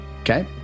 Okay